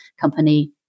company